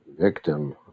victim